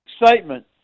excitement